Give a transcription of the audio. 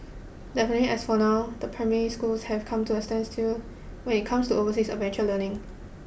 definitely as of now the primary schools have come to a standstill when it comes to overseas adventure learning